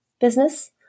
business